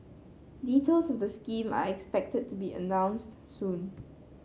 details of the scheme are expected to be announced soon